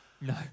No